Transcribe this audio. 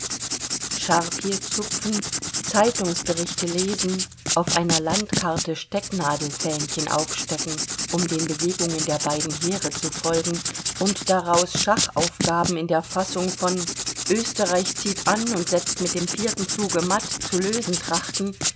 charpie zupfen zeitungsberichte lesen auf einer landkarte stecknadelfähnchen aufstecken um den bewegungen der beiden heere zu folgen und daraus schachaufgaben in der fassung von österreich zieht an und setzt mit dem vierten zuge matt zu lösen trachten